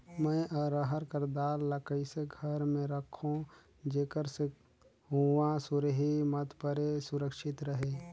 मैं अरहर कर दाल ला कइसे घर मे रखों जेकर से हुंआ सुरही मत परे सुरक्षित रहे?